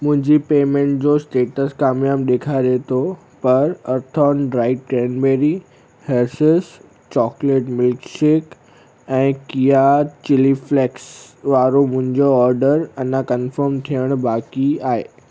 मुंहिंजी पेमेंट जो स्टेटस कामयाबु ॾेखारे थो पर अर्थोन dried cranberry Hershey's chocolate milkshake ऐं किया चिली फ़्लैक्स वारो मुंहिंजो ऑर्डर अञा कन्फर्म थियणु बाक़ी आहे